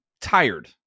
tired